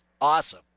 awesome